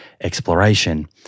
exploration